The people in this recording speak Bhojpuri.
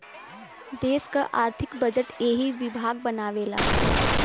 देस क आर्थिक बजट एही विभाग बनावेला